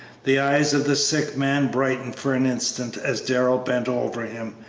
the eyes of the sick man brightened for an instant as darrell bent over him,